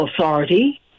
authority